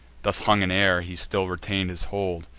thus hung in air, he still retain'd his hold,